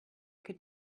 could